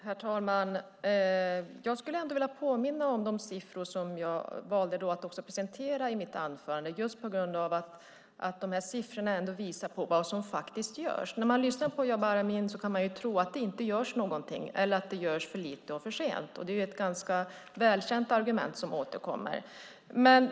Herr talman! Jag skulle vilja påminna om de siffror som jag valde att presentera i mitt anförande eftersom de visar på vad som faktiskt görs. När man lyssnar på Jabar Amin kan man tro att det inte görs något eller att det görs för lite och för sent. Det är ett ganska välkänt argument som återkommer.